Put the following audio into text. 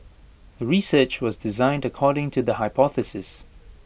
the research was designed according to the hypothesis